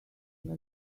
like